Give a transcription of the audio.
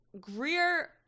Greer